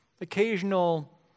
occasional